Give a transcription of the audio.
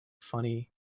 funny